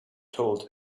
told